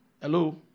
Hello